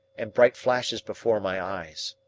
and bright flashes before my eyes.